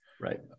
right